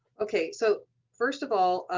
okay, so first of all,